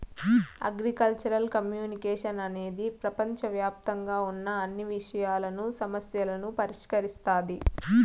agricultural communication అనేది ప్రపంచవ్యాప్తంగా ఉన్న అన్ని విషయాలను, సమస్యలను పరిష్కరిస్తాది